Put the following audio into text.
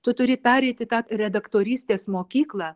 tu turi pereiti tą redaktorystės mokyklą